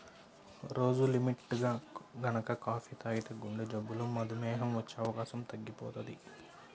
రోజూ లిమిట్గా గనక కాపీ తాగితే గుండెజబ్బులు, మధుమేహం వచ్చే అవకాశం తగ్గిపోతది